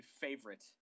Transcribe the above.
favorite